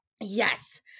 Yes